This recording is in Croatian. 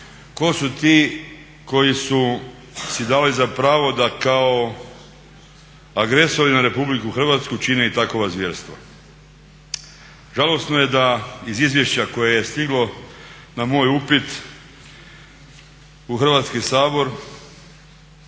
tko su ti koji su si dali za pravo da kao agresori na Republiku Hrvatsku čine i takova zvjerstva. Žalosno je da iz izvješća koje je stiglo na moj upit u Hrvatski sabor